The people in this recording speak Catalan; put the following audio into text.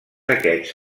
aquests